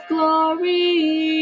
Glory